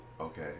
okay